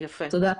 תודה.